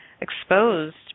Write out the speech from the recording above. exposed